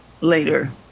later